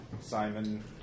Simon